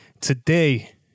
Today